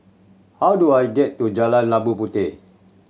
how do I get to Jalan Labu Puteh